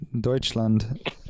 Deutschland